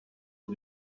est